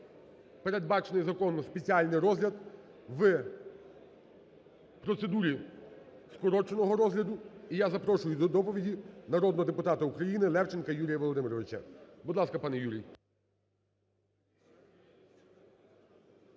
передбачений законом спеціальний розгляд в процедурі скороченого розгляду. І я запрошую до доповіді народного депутата України Левченка Юрія Володимировича. Будь ласка, пане Юрій.